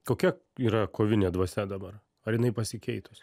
kokia yra kovinė dvasia dabar ar jinai pasikeitus